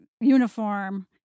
uniform